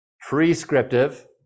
prescriptive